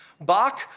Bach